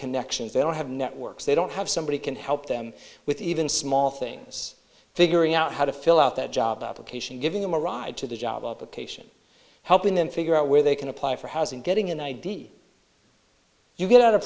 connections they don't have networks they don't have somebody can help them with even small things figuring out how to fill out that job application giving them a ride to the job application helping them figure out where they can apply for housing getting an id you get out of